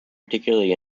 particularly